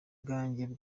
bwanjye